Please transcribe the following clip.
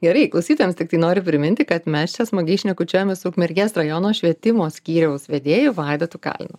gerai klausytojams tiktai noriu priminti kad mes čia smagiai šnekučiuojamės su ukmergės rajono švietimo skyriaus vedėju vaidotu kalinu